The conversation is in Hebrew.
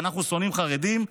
שאנחנו שונאים חרדים,